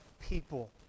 people